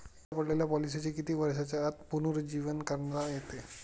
बंद पडलेल्या पॉलिसीचे किती वर्षांच्या आत पुनरुज्जीवन करता येते?